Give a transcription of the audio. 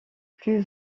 plus